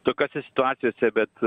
tokiose situacijose bet